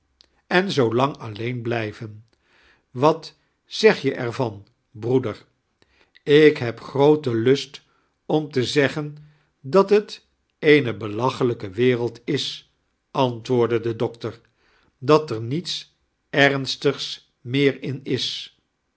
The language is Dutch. en zioo lang alleen blijven wat zeg jij er van broeder ik heto grooten lust oni te zeggen dat het eene belacheiijke wereld is antwoordde dei doctor dat er niets emstigs meer in is